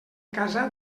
casa